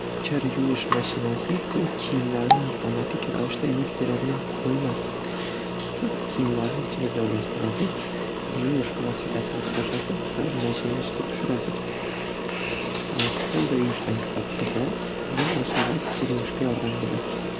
Kir yuvish mashinasi bu kirlarni avtomatik ravishda yuvib beradigan qurilma. Siz kiyimlarni ichiga joylashtirasiz, yuvish vositasini qo'shasiz va mashinani ishga tushirasiz. Qo'lda yuvishdan ko'ra tezroq va osonroq kir yuvishga yordam beradi.